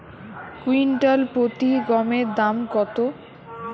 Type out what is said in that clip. Quintal প্রতি গমের দাম কত?